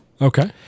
Okay